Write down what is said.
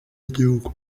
y’igihugu